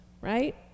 right